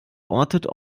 ortet